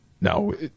No